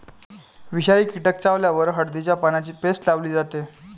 विषारी कीटक चावल्यावर हळदीच्या पानांची पेस्ट लावली जाते